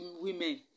women